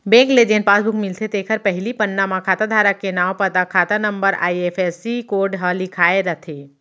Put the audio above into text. bank ले जेन passbook मिलथे तेखर पहिली पन्ना म खाता धारक के नांव, पता, खाता नंबर, आई.एफ.एस.सी कोड ह लिखाए रथे